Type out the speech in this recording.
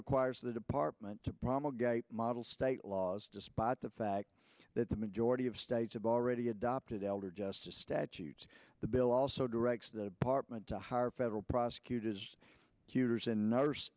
requires the department to promulgating model state laws despite the fact that the majority of states have already adopted elder justice statutes the bill also directs the apartment to hire federal prosecutors